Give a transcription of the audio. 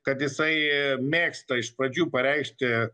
kad jisai mėgsta iš pradžių pareikšti